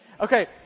Okay